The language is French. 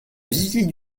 viviers